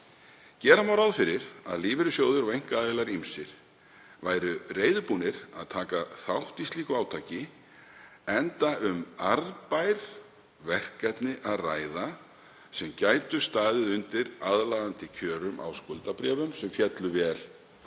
Gera má ráð fyrir að lífeyrissjóðir og einkaaðilar ýmsir væru reiðubúnir að taka þátt í slíku átaki enda um arðbær verkefni að ræða sem gætu staðið undir aðlaðandi kjörum á skuldabréfum sem féllu vel